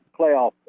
playoff